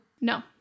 No